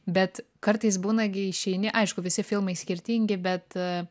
bet kartais būna gi išeini aišku visi filmai skirtingi bet